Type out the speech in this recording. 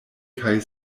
kaj